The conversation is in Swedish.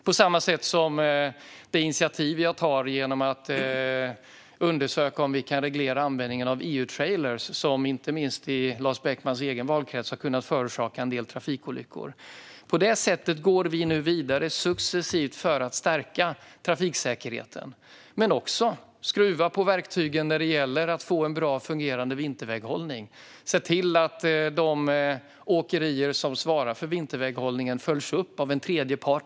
På samma sätt är det med det initiativ som jag tar till att undersöka om vi kan reglera användningen av EU-trailrar, som inte minst i Lars Beckmans egen valkrets har kunnat förorsaka en del trafikolyckor. På det sättet går vi nu vidare successivt för att stärka trafiksäkerheten. Vi ska också skruva på verktygen när det gäller att få en bra och fungerande vinterväghållning och se till att de åkerier som svarar för vinterväghållningen följs upp av en tredje part.